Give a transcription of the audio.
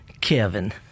Kevin